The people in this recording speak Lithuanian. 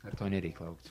ar to nereik laukt